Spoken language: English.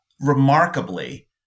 remarkably